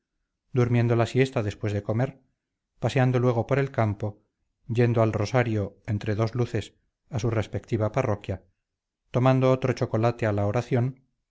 durmiendo la siesta después de comer paseando luego por el campo yendo al rosario entre dos luces a su respectiva parroquia tomando otro chocolate a la oración